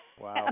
Wow